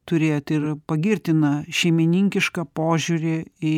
turėjot ir pagirtiną šeimininkišką požiūrį į